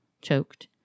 choked